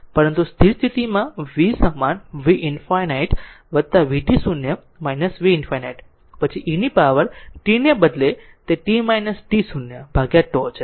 પરંતુ સ્થિર સ્થિતિમાં v સમાન v ∞ vt0 v ∞ પછી e પાવર t ને બદલે તે t t0 ભાગ્યા τ છે